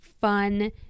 fun